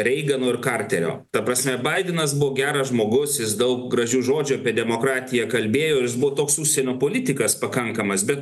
reigano ir karterio ta prasme baidenas geras žmogus jis daug gražių žodžio demokratiją kalbėjo jis bu toks užsienio politikas pakankamas bet